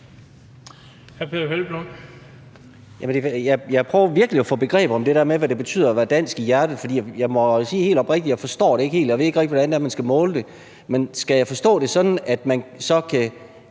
Jeg prøver virkelig at få begreb om det der med, hvad det betyder at være dansk i hjertet, for jeg må sige helt oprigtigt, at jeg ikke forstår det helt. Jeg ved ikke rigtig, hvordan det er, man skal måle det. Men skal jeg forstå det sådan, at man så kan